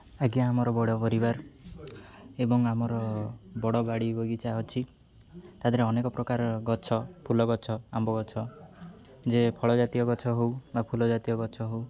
ଆଜ୍ଞା ଆମର ବଡ଼ ପରିବାର ଏବଂ ଆମର ବଡ଼ ବାଡ଼ି ବଗିଚା ଅଛି ତା'ଦେହରେ ଅନେକ ପ୍ରକାର ଗଛ ଫୁଲ ଗଛ ଆମ୍ବ ଗଛ ଯେ ଫଳଜାତୀୟ ଗଛ ହଉ ବା ଫୁଲଜାତୀୟ ଗଛ ହଉ